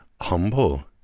humble